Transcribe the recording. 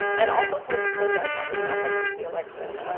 and also full disclosure, i have not read that much since the election.